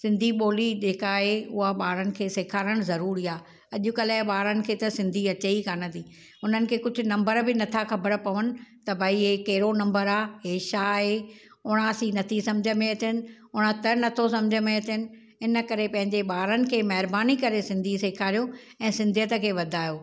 सिंधी ॿोली जेका आहे उहा ॿारनि खे सेखारणु ज़रूरी आहे अॼुकल्ह जे ॿारनि खे त सिंधी अचे ई कोन थी उन्हनि खे कुझु नंबर बि नथा ख़बरु पवनि त भई इहे कहिड़ो नंबर आहे इहे छा आहे उणासी नथी सम्झ में अचनि उणहतरि नथो सम्झ में अचनि इन करे पंहिंजे ॿारनि खे महिरबानी करे सिंधी सेखारियो ऐं सिंधियत खे वधायो